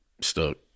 stuck